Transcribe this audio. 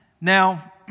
Now